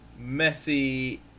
Messi